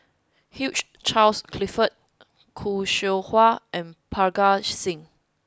Hugh Charles Clifford Khoo Seow Hwa and Parga Singh